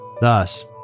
Thus